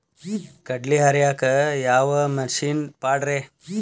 ಕಡ್ಲಿ ಹರಿಯಾಕ ಯಾವ ಮಿಷನ್ ಪಾಡ್ರೇ?